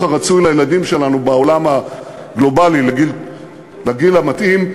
הרצוי לילדים שלנו בעולם הגלובלי לגיל המתאים.